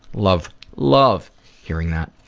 love, love hearing that.